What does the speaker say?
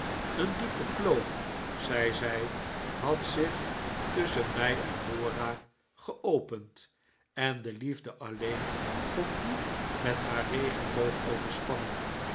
een diepe kloof zei zij had zich tusschen mij en dora geopend en de liefde alleen kon die met haar regenboog overspannen